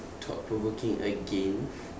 thought provoking again